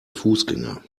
fußgänger